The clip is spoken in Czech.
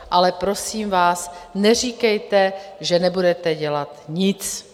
Ale prosím vás, neříkejte, že nebudete dělat nic!